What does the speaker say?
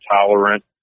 tolerant